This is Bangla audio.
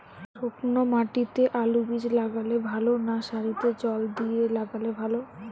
শুক্নো মাটিতে আলুবীজ লাগালে ভালো না সারিতে জল দিয়ে লাগালে ভালো?